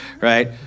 right